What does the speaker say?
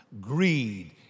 Greed